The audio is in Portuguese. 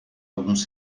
alguns